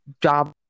job